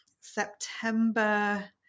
September